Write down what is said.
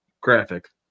graphic